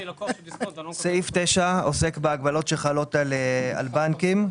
סעיף 9 עוסק בהגבלות שחלות על בנקים,